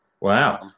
wow